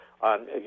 on